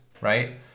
right